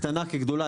קטנות כגדולות,